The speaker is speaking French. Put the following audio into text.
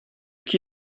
qui